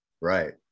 Right